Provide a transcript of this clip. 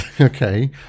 Okay